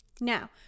now